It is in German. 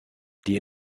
die